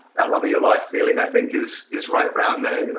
that love of your life feeling, i think, is is right around there, you know?